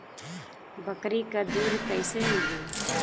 बकरी क दूध कईसे मिली?